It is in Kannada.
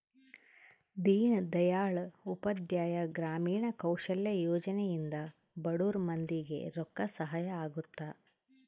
ದೀನ್ ದಯಾಳ್ ಉಪಾಧ್ಯಾಯ ಗ್ರಾಮೀಣ ಕೌಶಲ್ಯ ಯೋಜನೆ ಇಂದ ಬಡುರ್ ಮಂದಿ ಗೆ ರೊಕ್ಕ ಸಹಾಯ ಅಗುತ್ತ